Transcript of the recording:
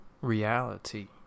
reality